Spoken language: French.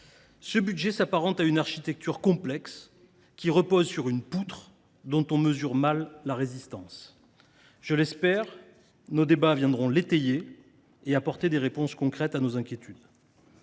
ce budget s’apparente à une architecture complexe, qui reposerait sur une poutre dont on mesure mal la résistance. J’espère que nos débats viendront étayer cette impression et apporteront des réponses concrètes à nos inquiétudes.